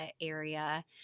area